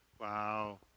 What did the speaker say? Wow